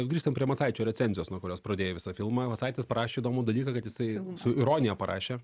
grįžtant prie macaičio recenzijos nuo kurios pradėjai visą filmą macaitis parašė įdomų dalyką kad jisai su ironija parašė